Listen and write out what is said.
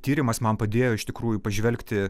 tyrimas man padėjo iš tikrųjų pažvelgti